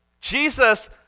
Jesus